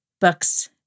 books